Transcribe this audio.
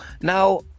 Now